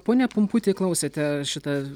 pone pumputi klausėte šitą